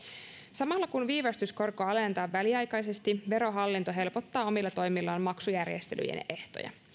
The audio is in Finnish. samalla kun viivästyskorkoa alennetaan väliaikaisesti verohallinto helpottaa omilla toimillaan maksujärjestelyjen ehtoja